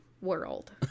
world